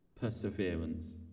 perseverance